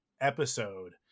episode